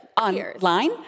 online